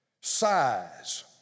size